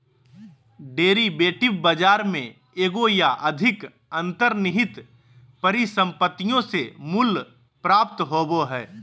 derivative बाजार में एगो या अधिक अंतर्निहित परिसंपत्तियों से मूल्य प्राप्त होबो हइ